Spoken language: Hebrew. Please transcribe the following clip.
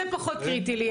זה פחות קריטי לי,